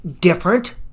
different